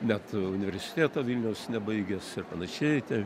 net universiteto vilniaus nebaigęs ir panašiai ten